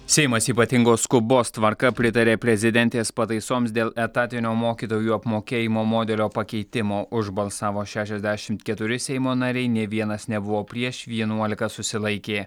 seimas ypatingos skubos tvarka pritarė prezidentės pataisoms dėl etatinio mokytojų apmokėjimo modelio pakeitimo už balsavo šešiasdešimt keturi seimo nariai nė vienas nebuvo prieš vienuolika susilaikė